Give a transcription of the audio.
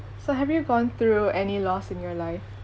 so have you gone through any loss in your life